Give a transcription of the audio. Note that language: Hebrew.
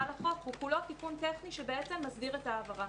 לחוק הוא כולו תיקון טכני שמסדיר את ההעברה,